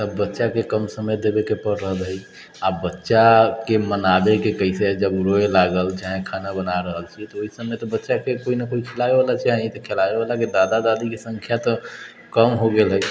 तब बच्चा के कम समय देबय के प्रबंध है आ बच्चा के मनाबै के कैसे है जब ओ रोय लागल चाहे खाना बना रहल छी तऽ ओहि समय तऽ बच्चा के कोइ ना कोइ खेलाबै वला के दादा दादी के संग कम हो गेल हँ